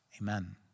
Amen